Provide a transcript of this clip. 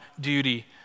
duty